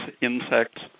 insects